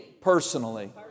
personally